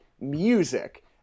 music